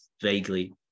vaguely